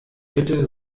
bitte